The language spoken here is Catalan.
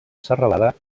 serralada